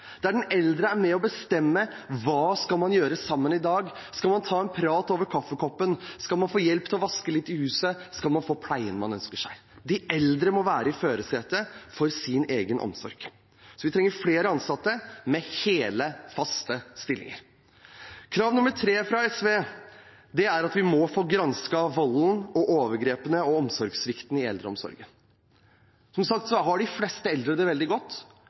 der den eldre er med på å bestemme – hva skal man gjøre sammen i dag, skal man ta en prat over kaffekoppen, skal man få hjelp til å vaske litt i huset, skal man få den pleien man ønsker seg? De eldre må sitte i førersetet for sin egen omsorg. Vi trenger flere ansatte i hele, faste stillinger. Krav nummer tre fra SV er at vi må få gransket volden, overgrepene og omsorgssvikten i eldreomsorgen. Som sagt har de fleste eldre det veldig godt,